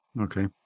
Okay